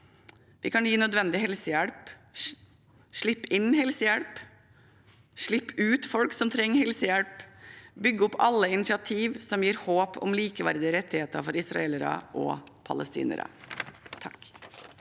Vi kan gi nødvendig helsehjelp, slippe inn helsehjelp, slippe ut folk som trenger helsehjelp, og vi kan bygge opp alle initiativ som gir håp om likeverdige rettigheter for israelere og palestinere. Guri